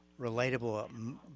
relatable